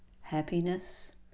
happiness